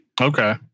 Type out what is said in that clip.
Okay